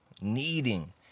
Needing